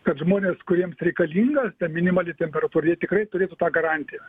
kad žmonės kuriems reikalinga ta minimali temperatūra jie tikrai turėtų tą garantiją